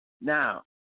Now